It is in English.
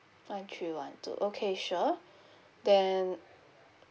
five three one two okay sure then